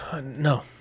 No